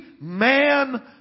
man